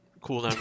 cooldown